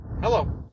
hello